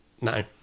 no